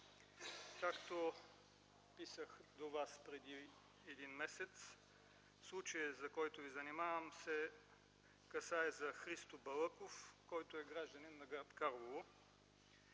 както писах до Вас преди един месец, случаят с който Ви занимавам се касае за Христо Балъков, който е гражданин на гр. Карлово